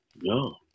no